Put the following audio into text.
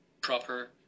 proper